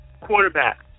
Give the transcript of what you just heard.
quarterback